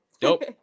Dope